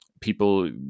people